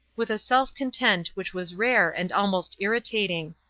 with a self-content which was rare and almost irritating.